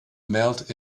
melt